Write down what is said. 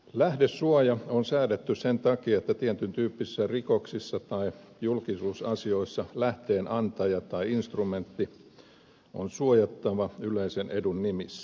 lähdesuoja on säädetty sen takia että tietyn tyyppisissä rikoksissa tai julkisuusasioissa lähteen antaja tai instrumentti on suojattava yleisen edun nimissä